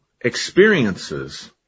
experiences